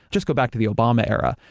just go back to the obama era,